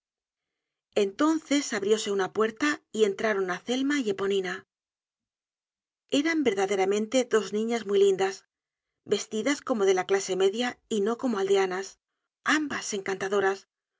entonces abrióse una puerta y entraron azelma y eponina eran verdaderamente dos niñas muy lindas vestidas como de la clase media y no como aldeanas ambas encantadoras